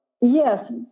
Yes